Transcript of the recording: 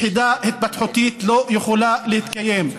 יחידה התפתחותית לא יכולה להתקיים,